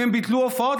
אם הם ביטלו הופעות,